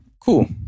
Cool